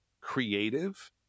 creative